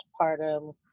postpartum